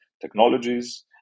technologies